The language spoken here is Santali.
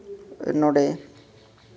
ᱱᱚᱸᱰᱮ